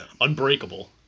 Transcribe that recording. Unbreakable